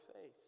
faith